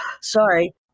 sorry